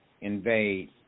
invade